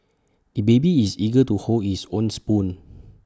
the baby is eager to hold is own spoon